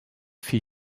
fit